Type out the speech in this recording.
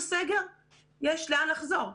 שצריך שבאמת ישקפו לציבור מה הוא מקבל,